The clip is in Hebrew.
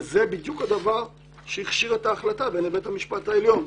וזה בדיוק הדבר שהכשיר את ההחלטה בעיני בית המשפט העליון.